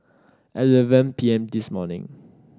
eleven P M this morning